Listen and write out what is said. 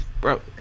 Bro